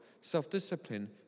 Self-discipline